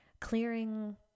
clearing